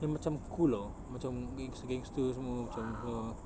dia macam cool tahu macam gangster gangster semua macam err